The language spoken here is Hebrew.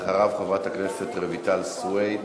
אחריו, חברת הכנסת רויטל סויד.